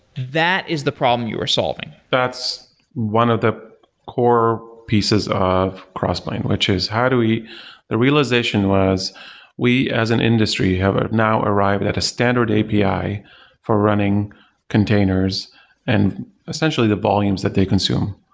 that is the problem you are solving that's one of the core pieces of crossplane, which is how do we the realization was we as an industry have ah now arrived at a standard api for running containers and essentially, the volumes that they consume.